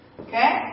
Okay